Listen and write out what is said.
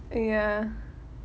ya